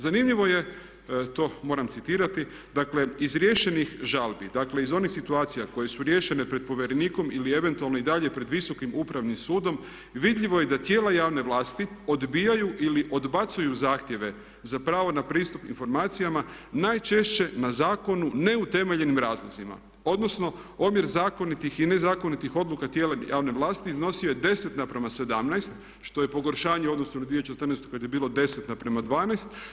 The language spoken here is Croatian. Zanimljivo je, to moram citirati, dakle iz riješenih žalbi iz onih situacija koje su riješene pred povjerenikom ili eventualno i dalje pred Visokim upravnim sudom vidljivo je da tijela javne vlasti odbijaju ili odbacuju zahtjeve za pravo na pristup informacijama najčešće na zakonu neutemeljenim razlozima odnosno omjer zakonitih i nezakonitih odluka tijela javne vlasti iznosio je 10 na prema 17 što je pogoršanje u odnosu na 2014. kad je bilo 10 na prema 12.